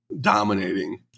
dominating